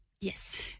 Yes